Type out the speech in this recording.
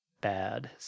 ...bad